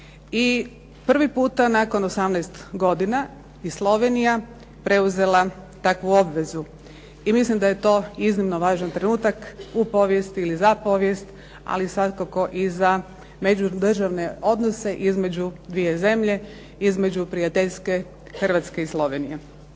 i prvi puta nakon 18 godine je Slovenije preuzela takvu obvezu. I mislim da je to iznimno važan trenutak u povijesti ili za povijest, ali svakako i za međudržavne odnose između dvije zemlje, između prijateljske Hrvatske i Slovenije.